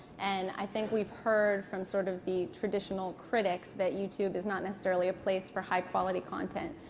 and i think we've heard from sort of the traditional critics that youtube is not necessarily a place for high quality content.